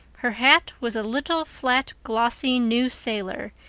her hat was a little, flat, glossy, new sailor,